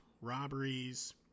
robberies